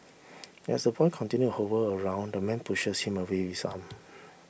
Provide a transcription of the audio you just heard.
as the boy continue hover around the man pushes him away with his arm